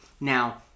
Now-